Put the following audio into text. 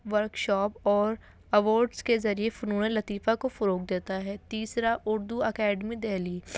workshop اور awards کے ذریعے فنون لطیفہ کو فروغ دیتا ہے تیسرا اردو اکیڈمی دہلی